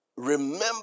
Remember